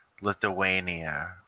Lithuania